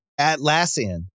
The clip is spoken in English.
Atlassian